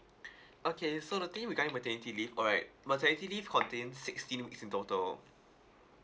okay so the thing regarding maternity leave alright maternity leave contains sixteen weeks in total